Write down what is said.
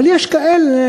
אבל יש כאלה,